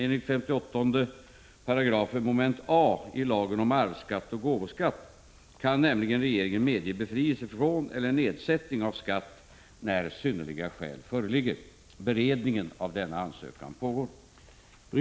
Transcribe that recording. Enligt 58 a § lagen om arvsskatt och gåvoskatt kan nämligen regeringen medge befrielse från eller nedsättning av skatt när synnerliga skäl föreligger. Beredningen av denna ansökan pågår.